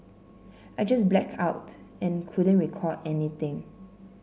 I just black out and couldn't recall anything